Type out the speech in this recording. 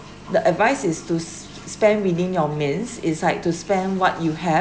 the advice is to s~ spend within your means is like to spend what you have